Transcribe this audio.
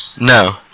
No